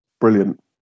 brilliant